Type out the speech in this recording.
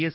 S